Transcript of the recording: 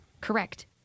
correct